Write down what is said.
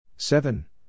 Seven